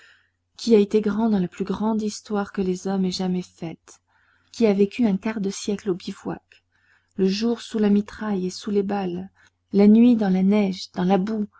qui a été grand dans la plus grande histoire que les hommes aient jamais faite qui a vécu un quart de siècle au bivouac le jour sous la mitraille et sous les balles la nuit dans la neige dans la boue